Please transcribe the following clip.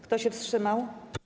Kto się wstrzymał?